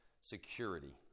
security